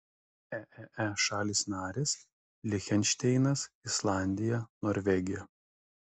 eee šalys narės lichtenšteinas islandija norvegija